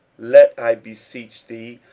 let, i beseech thee,